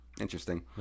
interesting